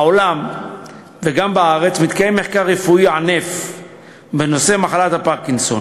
בעולם וגם בארץ מתקיים מחקר רפואי ענף בנושא מחלת הפרקינסון.